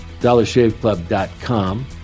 dollarshaveclub.com